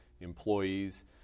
employees